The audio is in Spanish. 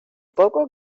poco